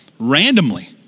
Randomly